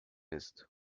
ist